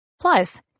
Plus